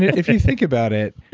if you think about it,